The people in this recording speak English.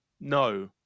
no